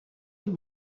بود